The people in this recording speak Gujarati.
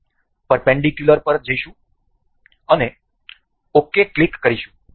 આપણે પરપેન્ડીકુલર પર જઈશું અને ok ક્લિક કરીશું